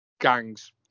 gangs